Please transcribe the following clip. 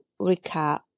recap